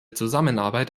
zusammenarbeit